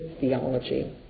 theology